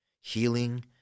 healing